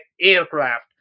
aircraft